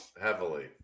Heavily